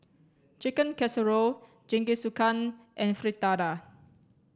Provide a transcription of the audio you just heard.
Chicken Casserole Jingisukan and Fritada